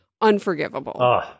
unforgivable